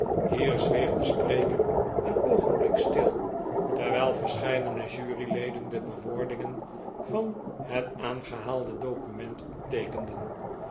hier zweeg de spreker een oogenblik stil terwijl verscheidene juryleden de bewoordingen van het aangehaalde document opteekenden